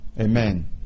Amen